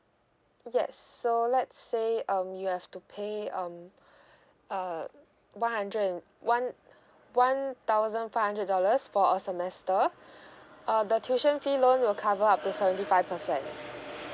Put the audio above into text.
yes so let's say um you have to pay um err one hundred and one one thousand five hundred dollars for a semester uh the tuition fee loan will cover up to seventy five percent